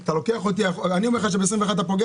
אני אומר לך שב-21' אתה פוגע.